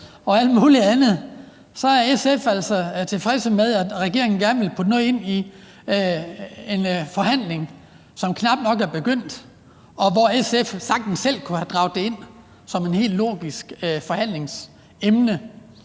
og alt mulig andet er SF altså tilfreds med, at regeringen gerne vil komme med noget under en forhandling, som knap nok er begyndt, når SF sagtens selv kunne have indddraget det som et helt logisk forhandlingsemne